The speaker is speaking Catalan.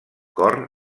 cor